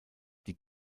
die